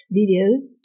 videos